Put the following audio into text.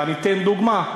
ואני אתן דוגמה.